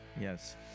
Yes